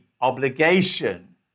obligation